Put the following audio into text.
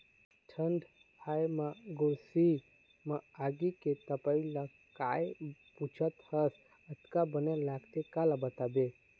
ठंड आय म गोरसी म आगी के तपई ल काय पुछत हस अतका बने लगथे काला बताबे